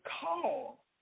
call